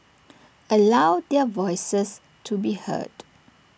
allow their voices to be heard